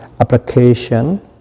application